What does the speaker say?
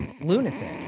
lunatic